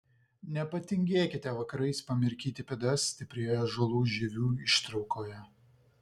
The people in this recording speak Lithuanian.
nepatingėkite vakarais pamirkyti pėdas stiprioje ąžuolų žievių ištraukoje